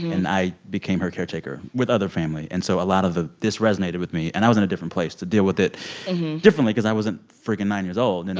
and i became her caretaker with other family. and so a lot of of this resonated with me. and i was in a different place to deal with it differently because i wasn't freaking nine years old, you know?